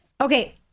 Okay